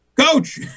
Coach